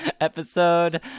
episode